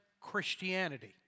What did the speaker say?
Christianity